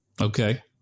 Okay